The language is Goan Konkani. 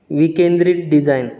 विकेंद्रीत डिजायन